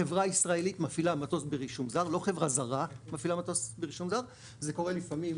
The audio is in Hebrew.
חברה ישראלית מפעילה מטוס ברישום זר לא חברה זרה זה קורה לפעמים,